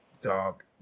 Dog